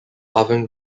avant